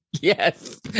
Yes